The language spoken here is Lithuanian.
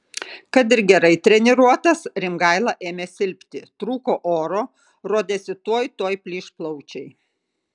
kad ir gerai treniruotas rimgaila ėmė silpti trūko oro rodėsi tuoj tuoj plyš plaučiai